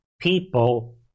people